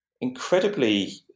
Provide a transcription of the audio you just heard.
incredibly